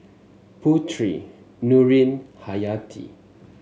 Putri Nurin Hayati